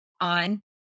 on